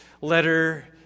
letter